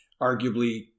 arguably